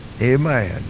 Amen